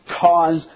cause